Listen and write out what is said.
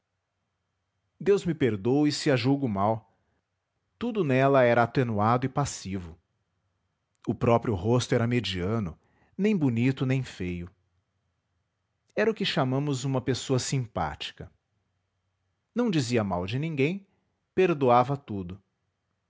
deus me perdoe se a julgo mal tudo nela era atenuado e passivo o próprio rosto era mediano nem bonito nem feio era o que chamamos uma pessoa simpática não dizia mal de ninguém perdoava tudo